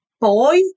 boy